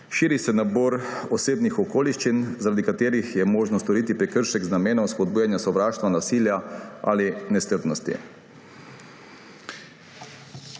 Širi se nabor osebnih okoliščin, zaradi katerih je možno storiti prekršek z namenom spodbujanja sovraštva, nasilja ali nestrpnosti.